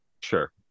Sure